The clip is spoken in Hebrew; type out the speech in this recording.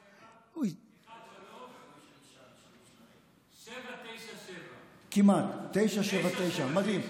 אלון, אלון שוסטר, 054713797. כמעט, 979. מדהים.